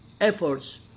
efforts